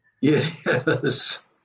Yes